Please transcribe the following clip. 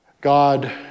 God